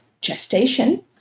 gestation